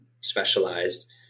Specialized